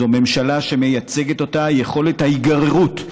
זו ממשלה שמייצגת אותה יכולת ההיגררות,